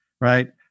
right